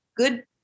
good